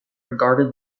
regarded